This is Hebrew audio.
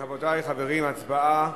רבותי, חברים, הצבעה.